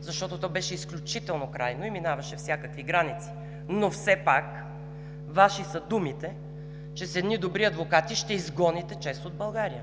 защото беше изключително крайно и минаваше всякакви граници. Но все пак Ваши са думите, че „с едни добри адвокати“ ще изгоните ЧЕЗ от България.